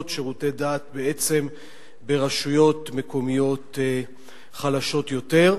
שירותי דת ברשויות מקומיות חלשות יותר,